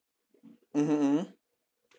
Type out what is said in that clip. mmhmm mmhmm